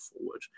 forward